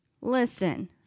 Listen